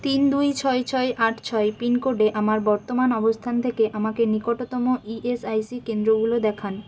তিন দুই ছয় ছয় আট ছয় পিনকোডে আমার বর্তমান অবস্থান থেকে আমাকে নিকটতম ইএসআইসি কেন্দ্রগুলো দেখান